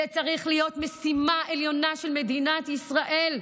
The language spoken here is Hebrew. זה צריך להיות משימה עליונה של מדינת ישראל,